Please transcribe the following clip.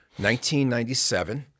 1997